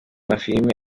mafilimi